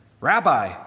Rabbi